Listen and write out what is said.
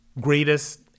greatest